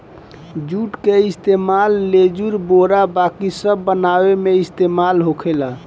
जुट के इस्तेमाल लेजुर, बोरा बाकी सब बनावे मे इस्तेमाल होखेला